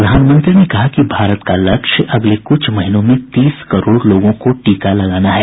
प्रधानमंत्री ने कहा कि भारत का लक्ष्य अगले कुछ महीनों में तीस करोड़ लोगों को टीका लगाना है